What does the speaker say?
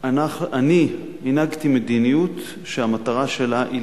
אני הנהגתי מדיניות שהמטרה שלה היא